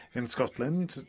in scotland,